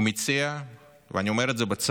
הוא מציע, ואני אומר בצער,